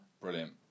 Brilliant